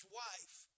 wife